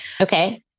okay